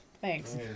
Thanks